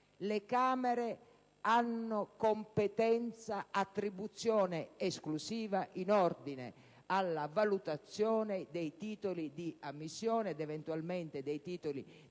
le Camere hanno competenza, con attribuzione esclusiva, in ordine alla valutazione dei titoli di ammissione ed eventualmente dei titoli di